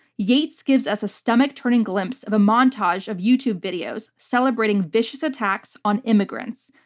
yates gives us a stomach-turning glimpse of a montage of youtube videos celebrating vicious attacks on immigrants,